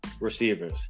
receivers